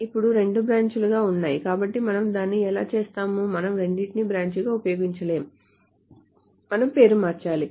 ఇప్పుడు రెండూ బ్రాంచ్ లుగా ఉన్నాయి కాబట్టి మనము దానిని ఎలా చేస్తాము మనము రెండింటినీ బ్రాంచ్గా ఉపయోగించలేము మనం పేరు మార్చాలి